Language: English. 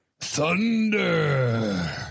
Thunder